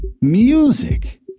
Music